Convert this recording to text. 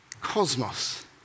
cosmos